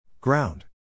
Ground